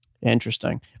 Interesting